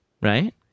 right